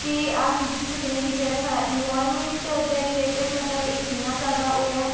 ते अस दिक्खी सकने कि जेह्ड़ा साढ़ा एनवायरमेंट दे रिलेटेड मतलब एह् कि'न्ना जादा होया